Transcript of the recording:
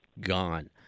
gone